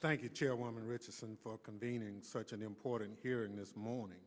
thank you chairwoman richardson for convening such an important hearing this morning